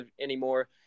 anymore